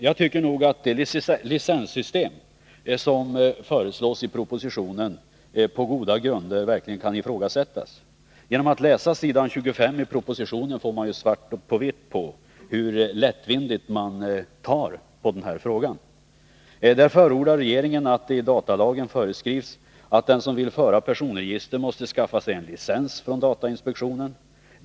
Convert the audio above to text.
Men det licenssystem som föreslås i propositionen kan man verkligen, på goda grunder, ifrågasätta. Genom att läsa s. 25 i propositionen får man svart på vitt hur lättvindigt regeringen behandlar denna fråga. Där förordar regeringen att det i datalagen föreskrivs att den som vill föra personregister måste skaffa sig en licens från datainspektionen.